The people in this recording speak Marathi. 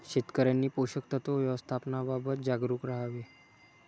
शेतकऱ्यांनी पोषक तत्व व्यवस्थापनाबाबत जागरूक राहावे